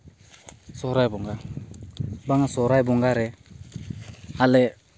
ᱥᱚᱦᱚᱨᱟᱭ ᱵᱚᱸᱜᱟ ᱱᱚᱣᱟ ᱥᱚᱦᱚᱨᱟᱭ ᱵᱚᱸᱜᱟᱨᱮ ᱟᱞᱮ